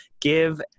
give